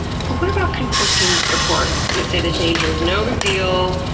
but what about conflicting reports that say the danger is no big deal,